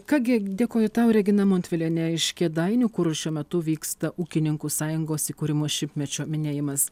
ką gi dėkoju tau regina montvilienė iš kėdainių kur šiuo metu vyksta ūkininkų sąjungos įkūrimo šimtmečio minėjimas